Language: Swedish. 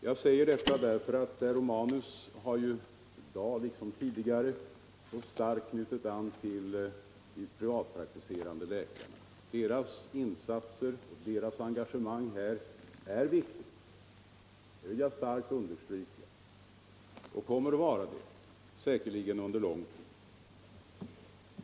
Jag säger detta därför att herr Romanus i dag liksom tidigare så starkt knutit an till de privatpraktiserande läkarna. Deras insatser och engagemang på detta område är av vikt — det vill jag starkt understryka — och kommer säkerligen att vara det under lång tid.